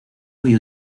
muy